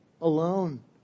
alone